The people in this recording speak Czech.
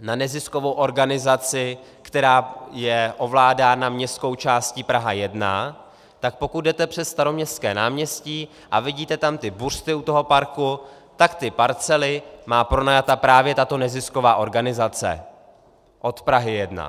na neziskovou organizaci, která je ovládána městskou částí Praha 1, tak pokud jdete přes Staroměstské náměstí a vidíte tam ty buřty u toho parku, tak ty parcely má pronajaty právě tato nezisková organizace od Prahy 1.